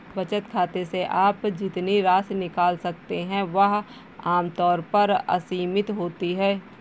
बचत खाते से आप जितनी राशि निकाल सकते हैं वह आम तौर पर असीमित होती है